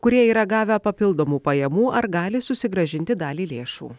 kurie yra gavę papildomų pajamų ar gali susigrąžinti dalį lėšų